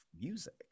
music